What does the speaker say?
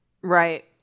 Right